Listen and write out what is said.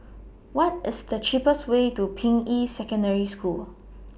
What IS The cheapest Way to Ping Yi Secondary School